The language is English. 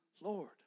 Lord